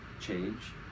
change